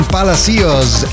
Palacios